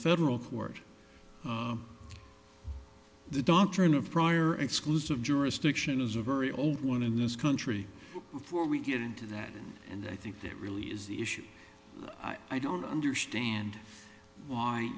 federal court the doctrine of prior exclusive jurisdiction is a very old one in this country before we get into that and i think that really is the issue i don't understand why